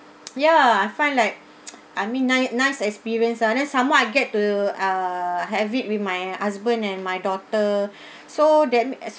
ya I find like I mean nice nice experience ah and then some more I get to uh have it with my husband and my daughter so that me that's